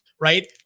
right